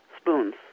spoons